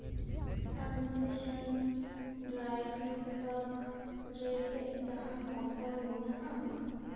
ᱟᱱᱵᱷᱮᱥᱚᱱ dry fruit pack ᱨᱮ ᱪᱮᱫ ᱡᱟᱦᱟᱱ ᱚᱯᱷᱟᱨ ᱢᱮᱱᱟᱜᱼᱟ